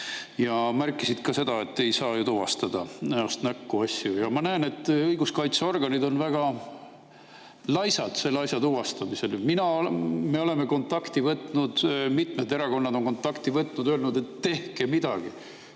ära. Märkisid ka seda, et ei saa ju tuvastada näost näkku asju. Ja ma näen, et õiguskaitseorganid on väga laisad selle asja tuvastamisel. Me oleme kontakti võtnud, mitmed erakonnad on kontakti võtnud ja öelnud, et tehke midagi.